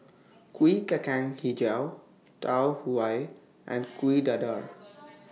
Kuih Kacang Hijau Tau Huay and Kuih Dadar